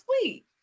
sweet